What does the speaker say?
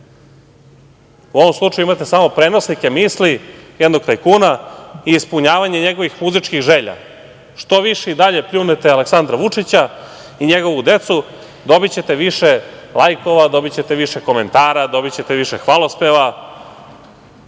U ovom slučaju imate samo prenosnike misli jednog tajkuna i ispunjavanje njegovih muzičkih želja. Što više i dalje pljunete Aleksandra Vučića i njegovu decu, dobićete više lajkova, dobićete više komentara, dobićete više hvalospeva.